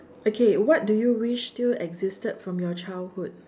okay what do you wish still existed from your childhood